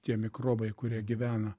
tie mikrobai kurie gyvena